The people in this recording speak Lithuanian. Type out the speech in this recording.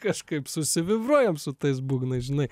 kažkaip susivybruojam su tais būgnais žinai